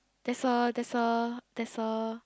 there's a there's a there's a